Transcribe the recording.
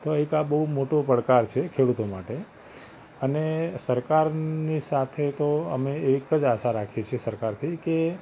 તો એક આ બહુ મોટો પડકાર છે ખેડૂતો માટે અને સરકારની સાથે તો અમે એક જ આશા રાખીએ છીએ સરકારથી કે